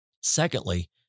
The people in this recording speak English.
Secondly